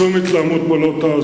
שום התלהמות פה לא תעזור.